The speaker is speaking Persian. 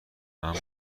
اما